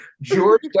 george